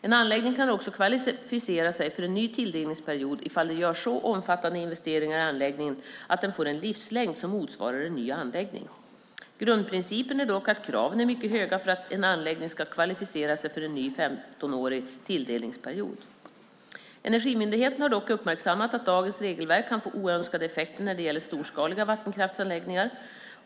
En anläggning kan också kvalificera sig för en ny tilldelningsperiod ifall det görs så omfattande investeringar i anläggningen att den får en livslängd som motsvarar en ny anläggning. Grundprincipen är dock att kraven är mycket höga för att en anläggning ska kvalificera sig för en ny 15-årig tilldelningsperiod. Energimyndigheten har dock uppmärksammat att dagens regelverk kan få oönskade effekter när det gäller storskaliga vattenkraftsanläggningar.